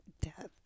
death